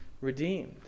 redeemed